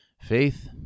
Faith